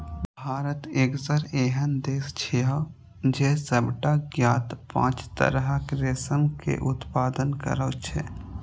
भारत एसगर एहन देश छियै, जे सबटा ज्ञात पांच तरहक रेशम के उत्पादन करै छै